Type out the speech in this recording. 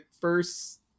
first